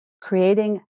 Creating